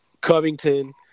Covington